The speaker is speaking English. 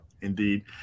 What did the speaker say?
indeed